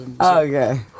okay